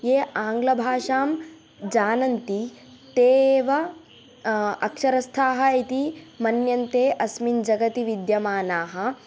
ये आङ्ग्लभाषां जानन्ति ते एव अक्षरस्थाः इति मन्यन्ते अस्मिन् जगति विद्यमानाः